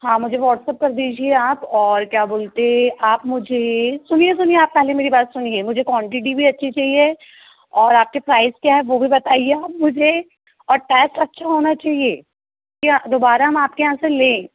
हाँ मुझे वाट्सअप कर दीजिए आप और क्या बोलते है आप मुझे सुनिए सुनिए आप पहले मेरी बात सुनिए मुझे क्वानटिटी भी अच्छी चाहिए और आपके प्राइस क्या है वह भी बताइए आप मुझे और ट्यास्ट अच्छा होना चाहिए की दुबारा हम आपके यहाँ से लें